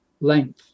length